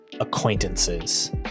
acquaintances